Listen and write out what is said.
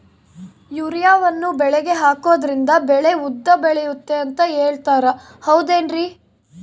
ಯೂರಿಯಾವನ್ನು ಬೆಳೆಗೆ ಹಾಕೋದ್ರಿಂದ ಬೆಳೆ ಉದ್ದ ಬೆಳೆಯುತ್ತೆ ಅಂತ ಹೇಳ್ತಾರ ಹೌದೇನ್ರಿ?